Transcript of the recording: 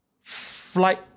flight